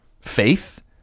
faith